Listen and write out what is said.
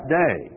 day